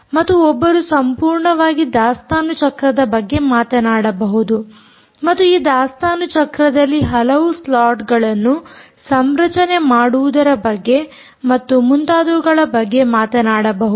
ಮತ್ತು ಒಬ್ಬರು ಸಂಪೂರ್ಣವಾಗಿ ದಾಸ್ತಾನು ಚಕ್ರದ ಬಗ್ಗೆ ಮಾತನಾಡಬಹುದು ಮತ್ತು ಆ ದಾಸ್ತಾನು ಚಕ್ರದಲ್ಲಿ ಹಲವು ಸ್ಲಾಟ್ಗಳನ್ನು ಸಂರಚನೆ ಮಾಡುವುದರ ಬಗ್ಗೆ ಮತ್ತು ಮುಂತಾದವುಗಳ ಬಗ್ಗೆ ಮಾತನಾಡಬಹುದು